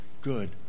good